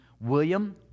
William